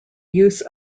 use